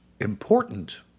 important